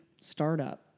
startup